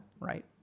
right